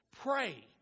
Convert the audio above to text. Pray